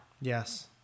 Yes